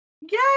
Yay